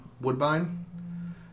Woodbine